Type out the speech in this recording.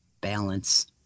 balance